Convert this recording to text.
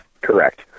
correct